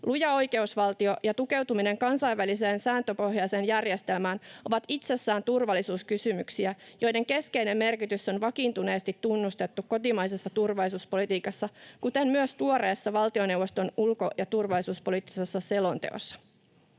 luja oikeusvaltio ja tukeutuminen kansainväliseen sääntöpohjaiseen järjestelmään ovat itsessään turvallisuuskysymyksiä, joiden keskeinen merkitys on vakiintuneesti tunnustettu kotimaisessa turvallisuuspolitiikassa kuten myös tuoreessa valtioneuvoston ulko- ja turvallisuuspoliittisessa selonteossa.